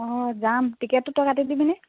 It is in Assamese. অঁ যাম টিকেটটো তই কাটি দিবিনে